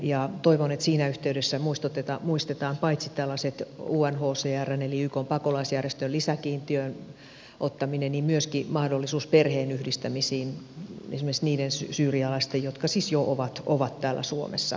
toivon että siinä yhteydessä muistetaan paitsi unhcrn eli ykn pakolaisjärjestön lisäkiintiön ottaminen myöskin mahdollisuus perheenyhdistämisiin esimerkiksi niiden syyrialaisten jotka siis jo ovat täällä suomessa